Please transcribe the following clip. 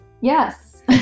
yes